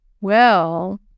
Well